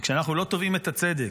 וכשאנחנו לא תובעים את הצדק,